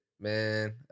Man